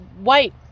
white